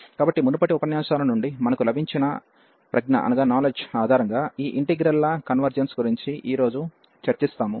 కాబట్టి మునుపటి ఉపన్యాసాల నుండి మనకు లభించిన ప్రజ్ఞ ఆధారంగా ఈ ఇంటిగ్రల్ ల కన్వెర్జెన్స్ గురించి ఈ రోజు చర్చిస్తాము